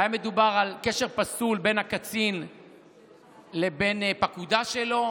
היה מדובר על קשר פסול בין הקצין לבן פקודה שלו,